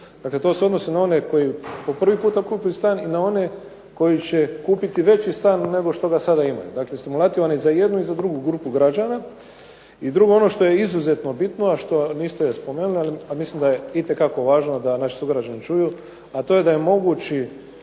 Dakle, to se odnosi na one koji po prvi puta kupuju stan i na one koji će kupiti veći stan nego što ga sada imaju, dakle stimulativan je i za jednu i za drugu grupu građana. I drugo, ono što je izuzetno bitno a mislim da je itekako važno da naši sugrađani čuju a to je da mogući